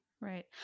Right